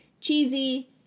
cheesy